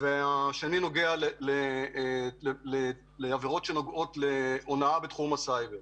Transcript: והשני נוגע להונאת סייבר.